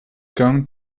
going